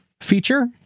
feature